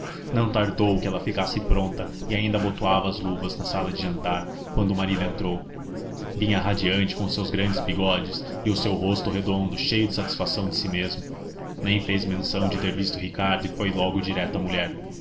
não tardou que ela ficasse pronta e ainda abotoava as luvas na sala de jantar quando o marido entrou vinha radiante com os seus grandes bigodes e o seu rosto redondo cheio de satisfação de si mesmo nem fez menção de ter visto ricardo e foi logo direto à mulher